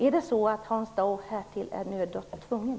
Är det så att Hans Dau härtill är nödd och tvungen?